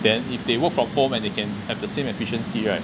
then if they work from home and they can have the same efficiency right